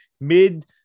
mid